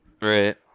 Right